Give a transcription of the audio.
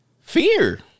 fear